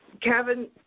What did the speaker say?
Kevin